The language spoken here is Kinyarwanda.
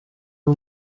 uyu